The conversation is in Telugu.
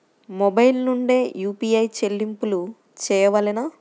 మొబైల్ నుండే యూ.పీ.ఐ చెల్లింపులు చేయవలెనా?